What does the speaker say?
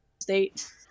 state